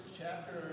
chapter